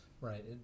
right